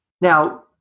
Now